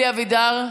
אלי אבידר,